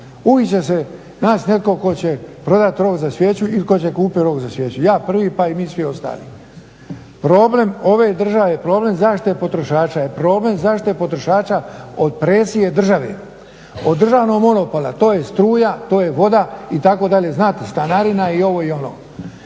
će se naći netko tko će prodati rog za svijeću ili tko će kupiti rog za svijeću. Ja prvi pa i mi svi ostali. Problem ove države, problem zaštite potrošača je problem zaštite potrošača od presije države, od državnog monopola. To je struja, to je voda itd., znate stanarina i ovo i ono.